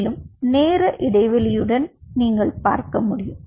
மேலும் நேர இடைவெளியுடன் நீங்கள் பார்க்க முடியும்